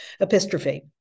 epistrophe